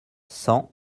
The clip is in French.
cent